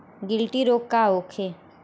गिलटी रोग का होखे?